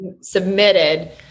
submitted